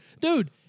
Dude